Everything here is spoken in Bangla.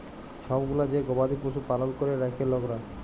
ছব গুলা যে গবাদি পশু পালল ক্যরে রাখ্যে লকরা